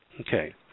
Okay